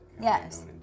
Yes